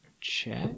check